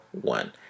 one